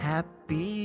Happy